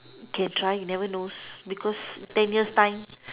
can try you never know because ten years' time